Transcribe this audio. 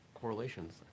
correlations